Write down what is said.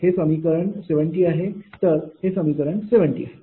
हे समीकरण 70 आहे तर हे समीकरण 70 आहे